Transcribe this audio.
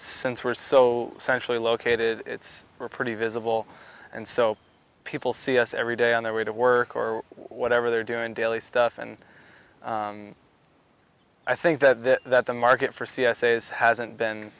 since we're so centrally located it's pretty visible and so people see us every day on their way to work or whatever they're doing daily stuff and i think that that the market for c s a's hasn't been